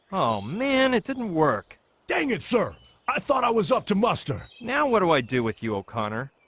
oh man. it didn't work dang it sir i thought i was up to muster now. what do i do with you, o'connor?